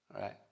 right